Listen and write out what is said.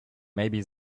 maybe